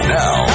now